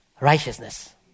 righteousness